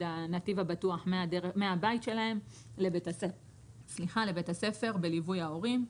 הנתיב הבטוח מהבית שלהם לבית הספר בליווי ההורים.